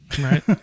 Right